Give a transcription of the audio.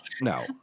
No